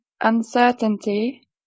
uncertainty